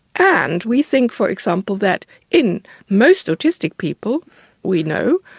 and we think, for example, that in most autistic people we know,